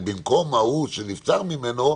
במקום ההוא שנבצר ממנו,